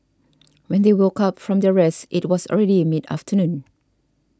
when they woke up from their rest it was already mid afternoon